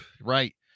right